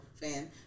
fan